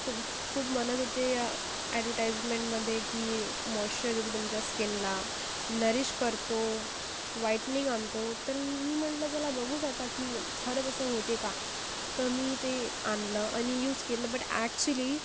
खूप खूप म्हणत होते ह्या ॲडव्हर्टाईजमेंटमधे की मॉईश्चर देतो तुमच्या स्किनला नरिश करतो व्हाइटनिंग आणतो तर मी म्हटलं चला बघूच आता की खरंच असं होते का तर मी ते आणलं आणि यूज केलं बट ॲक्चुअली